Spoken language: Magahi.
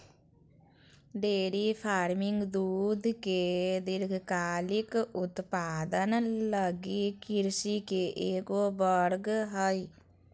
डेयरी फार्मिंग दूध के दीर्घकालिक उत्पादन लगी कृषि के एगो वर्ग हइ